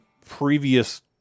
previous